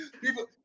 People